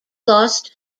lost